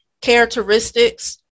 characteristics